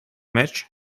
match